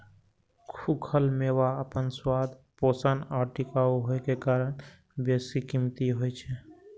खूखल मेवा अपन स्वाद, पोषण आ टिकाउ होइ के कारण बेशकीमती होइ छै